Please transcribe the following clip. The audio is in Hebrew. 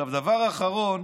דבר אחרון